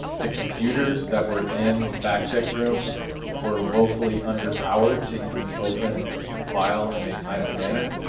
the computers that were in the back check room were woefully underpowered to even open the file in a timely manner.